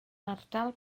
ardal